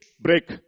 Break